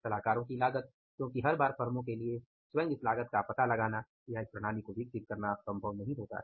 सलाहकारों की लागत क्योंकि हर बार फर्मों के लिए स्वयं इस लागत का पता लगाना या इस प्रणाली को विकसित करना संभव नहीं है